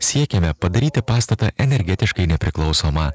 siekiame padaryti pastatą energetiškai nepriklausomą